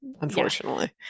unfortunately